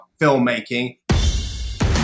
filmmaking